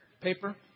Paper